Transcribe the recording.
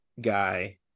guy